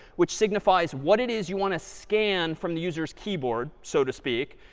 which signifies what it is you want to scan from the user's keyboard, so to speak.